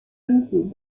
分子